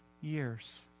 years